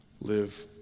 live